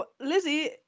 Lizzie